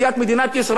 הוא על הבנקט,